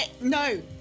No